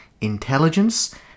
intelligence